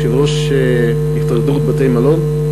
יושב-ראש התאחדות בתי-המלון,